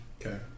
Okay